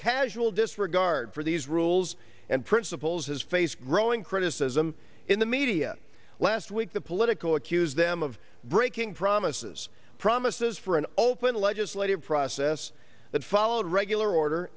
casual disregard for these rules and principles his face growing criticism in the media last week the politico accuse them of breaking promises promises for an open legislative process that followed regular order